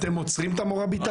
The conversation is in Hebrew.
אתם עוצרים את המוראביטת?